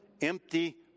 empty